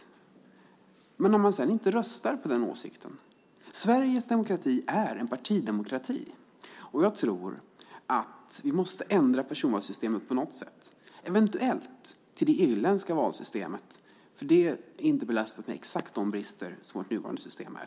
Men tänk om han sedan inte röstar enligt den åsikten! Sveriges demokrati är en partidemokrati. Jag tror att vi måste ändra personvalssystemet på något sätt, eventuellt till det irländska valsystemet, för det är inte belastat med exakt de brister som vårt nuvarande system har.